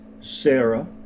Sarah